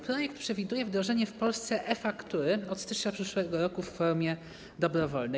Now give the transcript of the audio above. Projekt przewiduje wdrożenie w Polsce e-faktury od stycznia przyszłego roku w formie dobrowolnej.